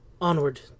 onward